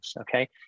Okay